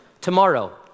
Tomorrow